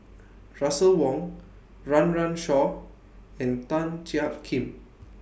Russel Wong Run Run Shaw and Tan Jiak Kim